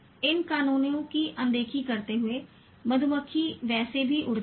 इन कानूनों की अनदेखी करते हुए मधुमक्खी वैसे भी उड़ती है